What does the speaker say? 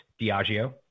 Diageo